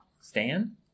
Stan